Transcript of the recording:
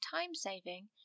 time-saving